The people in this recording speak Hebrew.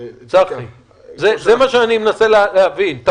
זה מה שאני מנסה להבין, צחי.